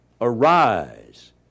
Arise